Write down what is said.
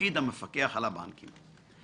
לתפקיד המפקח על הבנקים.